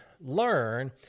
learn